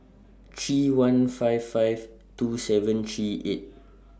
three one five five two seven three eight